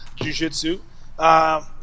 jujitsu